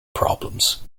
problems